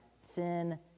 sin